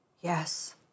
Yes